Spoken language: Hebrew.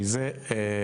כי זה אירוע,